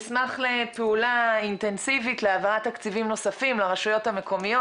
נשמח לפעולה אינטנסיבית להעברת תקציבים נוספים לרשויות המקומיות.